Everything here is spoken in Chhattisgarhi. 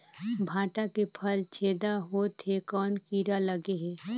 भांटा के फल छेदा होत हे कौन कीरा लगे हे?